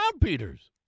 Peters